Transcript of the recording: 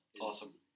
Awesome